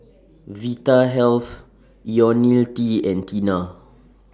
Vitahealth Ionil T and Tena